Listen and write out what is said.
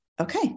Okay